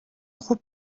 خوب